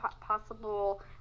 Possible